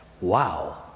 Wow